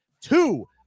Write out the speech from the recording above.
two